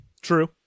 True